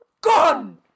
gone